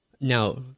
Now